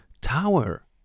tower